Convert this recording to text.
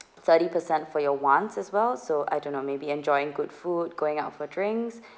thirty percent for your ones as well so I don't know maybe enjoying good food going out for drinks